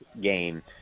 game